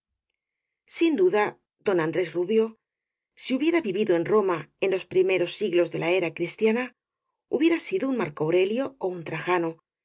sin duda don andrés rubio si hubiera vivido en roma en los primeros siglos de la era cristia na hubiera sido un marco aurelio ó un trajano